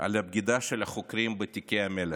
על הבגידה של החוקרים בתיקי המלך: